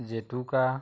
জেতুকা